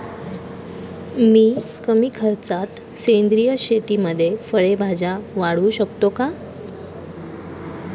मी कमी खर्चात सेंद्रिय शेतीमध्ये फळे भाज्या वाढवू शकतो का?